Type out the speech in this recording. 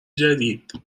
جدید